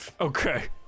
Okay